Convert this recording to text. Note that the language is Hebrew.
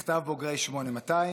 מכתב בוגרי 8200,